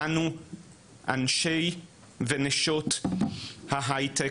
אנו אנשי ונשות ההייטק,